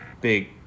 big